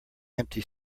empty